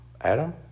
Adam